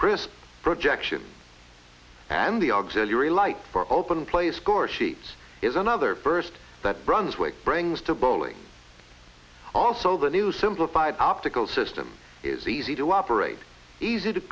crisp projection and the auxiliary light for open play scoresheets is another first that brunswick brings to bowling also the new simplified optical system is easy to operate easy to